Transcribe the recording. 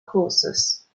causes